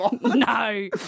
No